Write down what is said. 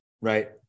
right